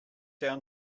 down